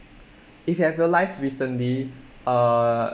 if you have realised recently ah